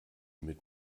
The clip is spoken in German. mit